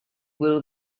will